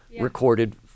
recorded